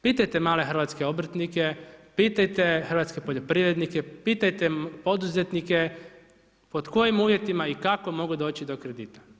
Pitajte male hrvatske obrtnike, pitajte hrvatske poljoprivrednike, pitajte poduzetnike, pod kojim uvjetima i kako mogu doći do kredita.